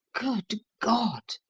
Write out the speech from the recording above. good god!